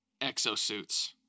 exosuits